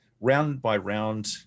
round-by-round